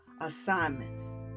assignments